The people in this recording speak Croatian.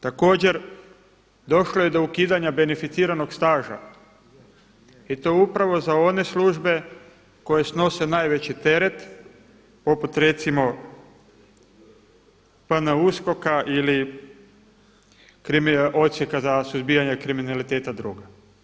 Također došlo je do ukidanja beneficiranog staža i to upravo za one službe koje snose najveći teret poput recimo PNUSKOK-a ili Odsjeka za suzbijanje kriminaliteta droga.